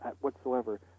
whatsoever